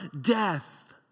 death